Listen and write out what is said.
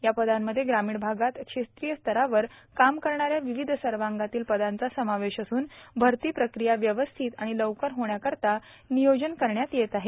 या पदांमध्ये ग्रामीण भागात क्षेत्रियस्तरावर काम करणाऱ्या विविध संवर्गातील पदांचा समावेश असून भरती प्रक्रिया व्यवस्थित आणि लवकर होण्याकरिता नियोजन केले जात आहे